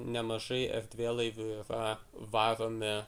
nemažai erdvėlaivių yra varomi